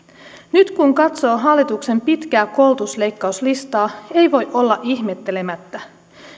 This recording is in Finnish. nyt kun katsoo hallituksen pitkää koulutusleikkauslistaa ei voi olla ihmettelemättä